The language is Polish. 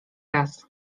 raz